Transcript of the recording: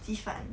鸡饭